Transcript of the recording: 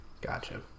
Gotcha